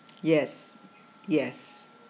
yes yes